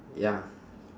ya